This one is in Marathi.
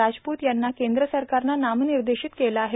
राजपूत यांना केंद्र सरकारनं नामनिर्देशित केलं आहे